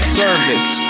service